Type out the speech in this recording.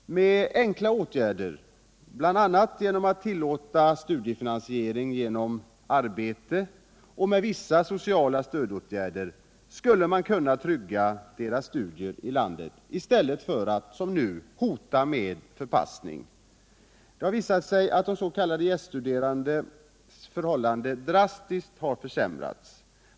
Med enkla åtgärder, bl.a. genom att tillåta studiefinansiering genom arbete, och med vissa sociala stödåtgärder kunde man trygga de gäststuderandes studier i landet i stället för att — som nu — hota dem med förpassning. Det har visat sig, att de gäststuderandes förhållanden drastiskt har försämrats.